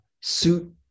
suit